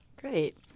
Great